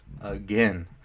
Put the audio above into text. again